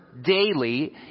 daily